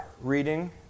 reading